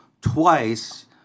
twice